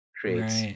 creates